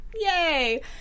Yay